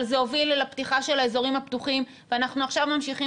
אבל זה הוביל לפתיחה של האזורים הפתוחים ואנחנו עכשיו ממשיכים